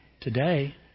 today